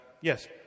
Yes